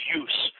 use